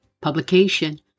publication